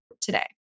today